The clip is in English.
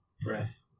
breath